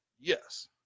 Yes